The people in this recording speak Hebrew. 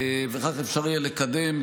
כך אפשר יהיה לקדם,